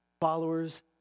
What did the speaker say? followers